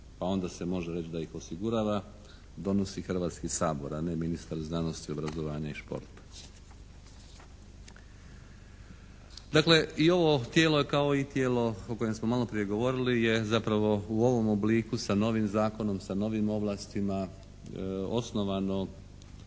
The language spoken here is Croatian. pa onda se može reći da ih osigurava, donosi Hrvatski sabor, a ne ministar znanosti, obrazovanja i športa. Dakle, i ovo tijelo je kao i tijelo o kojem smo malo prije govorili je zapravo u ovom obliku sa novim zakonom, sa novim ovlastima osnovano